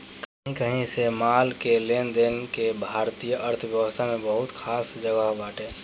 कही कही से माल के लेनदेन के भारतीय अर्थव्यवस्था में बहुते खास जगह बाटे